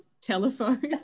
telephone